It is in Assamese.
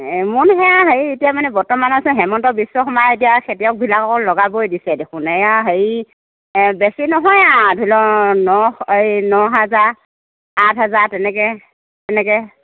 এ মোন সেয়া হেৰি এতিয়া মানে বৰ্তমান আছে হিমন্ত বিশ্ব শৰ্মাই এতিয়া খেতিয়কবিলাকক লগাবই দিছে দেখোন এয়া হেৰি এ বেছি নহয় আৰু ধৰি ল' নশ হেৰি নহাজাৰ আঠ হাজাৰ তেনেকৈ সেনেকৈ